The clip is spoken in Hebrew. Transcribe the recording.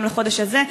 גם לחודש הזה,